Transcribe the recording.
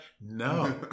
No